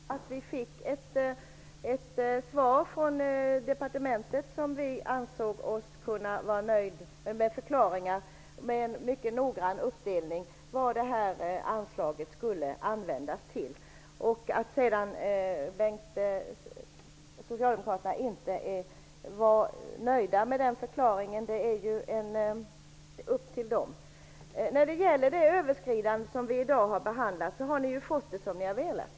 Fru talman! Jag skall ta en sak i sänder. Vi fick ett svar från departementet med förklaringar som vi ansåg oss vara nöjda med. Det fanns en mycket noggrann uppdelning av hur anslaget skulle användas. Socialdemokraterna var inte nöjda med dessa förklaringar, men det är deras problem. När det gäller det överskridande som vi i dag har behandlat har ni fått som ni har velat.